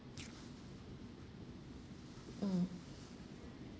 mm